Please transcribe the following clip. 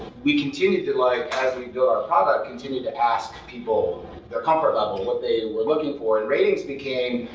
we continue to. like as we grow our product, continue to ask people their comfort level, what they were looking for, and ratings became.